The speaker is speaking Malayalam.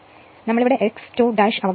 നമ്മൾ x 2 അവഗണിക്കുകയാണ്